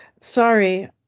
sorry